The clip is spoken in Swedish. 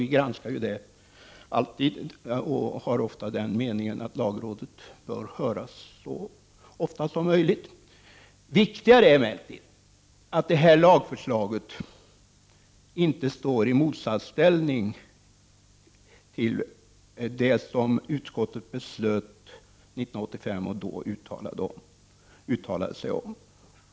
Vi är ofta av den meningen att lagrådet bör höras. Viktigare är emellertid att detta lagförslag inte står i motsatsställning till det som utskottet beslöt uttala 1985.